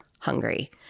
Hungry